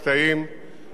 להגביר את קצב העבודה,